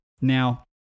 now